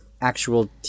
actual